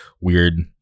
Weird